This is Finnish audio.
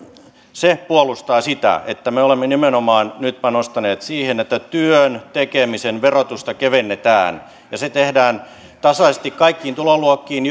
se puolustaa sitä että me olemme nimenomaan nyt panostaneet siihen että työn tekemisen verotusta kevennetään ja se tehdään tasaisesti kaikkiin tuloluokkiin